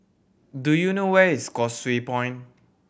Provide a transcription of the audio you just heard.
do you know where is Causeway Point